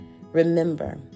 Remember